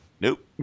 Nope